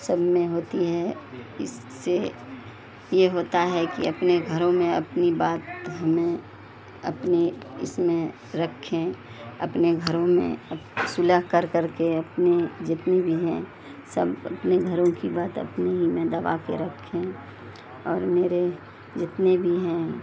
سب میں ہوتی ہے اس سے یہ ہوتا ہے کہ اپنے گھروں میں اپنی بات ہمیں اپنے اس میں رکھیں اپنے گھروں میں صلح کر کر کے اپنے جتنی بھی ہیں سب اپنے گھروں کی بات اپنے ہی میں دبا کے رکھیں اور میرے جتنے بھی ہیں